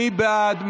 מי בעד?